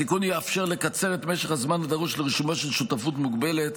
התיקון יאפשר לקצר את משך הזמן הדרוש לרישומה של שותפות מוגבלת,